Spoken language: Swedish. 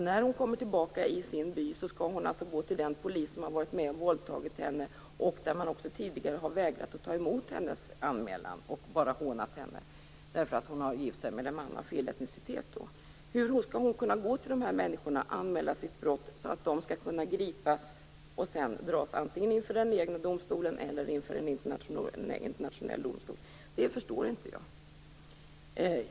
När hon kommer tillbaka till sin by skall hon alltså gå till den polis som har varit med och våldtagit henne och där man också tidigare vägrat att ta emot hennes anmälan och bara hånat henne därför att hon gift sig med en man av fel etnicitet. Hur skall hon kunna gå till de här människorna och anmäla brottet så att de kan gripas och sedan dras antingen inför den egna domstolen eller inför en internationell domstol? Det förstår inte jag.